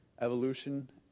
evolution